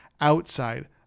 outside